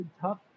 tough